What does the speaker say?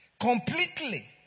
completely